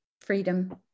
freedom